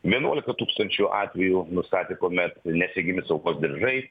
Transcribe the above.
vienuoliką tūkstančių atvejų nustatė kuomet nesegimi saugos diržai